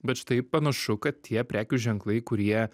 bet štai panašu kad tie prekių ženklai kurie